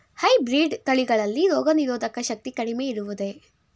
Hybrid ತಳಿಗಳಲ್ಲಿ ರೋಗನಿರೋಧಕ ಶಕ್ತಿ ಕಡಿಮೆ ಇರುವುದೇ?